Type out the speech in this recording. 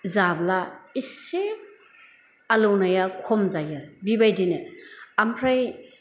जाब्ला एसे आलौनाया खम जायो बिबायदिनो आमफ्राय